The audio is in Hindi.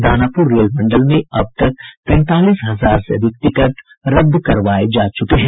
दानापुर रेल मंडल में अब तक तैंतालीस हजार से अधिक टिकट रद्द करवाये जा चुके हैं